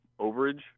overage